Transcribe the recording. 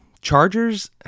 Chargers